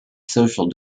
social